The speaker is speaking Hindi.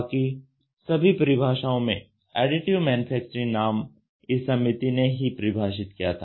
बाकी सभी परिभाषाओं में एडिटिव मैन्युफैक्चरिंग नाम इस समिति ने ही परिभाषित किया था